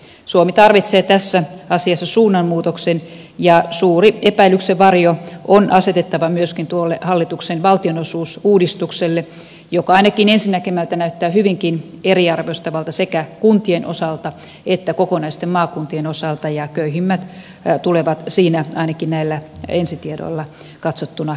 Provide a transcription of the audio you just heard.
suomi tarvitsee tässä asiassa suunnanmuutoksen ja suuri epäilyksen varjo on asetettava myöskin tuolle hallituksen valtionosuusuudistukselle joka ainakin ensi näkemältä näyttää hyvinkin eriarvoistavalta sekä kuntien osalta että kokonaisten maakuntien osalta ja köyhimmät tulevat siinä ainakin näillä ensitiedoilla katsottuna kärsimään